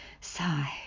Sigh